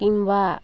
ᱠᱤᱝᱵᱟ